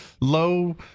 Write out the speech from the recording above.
low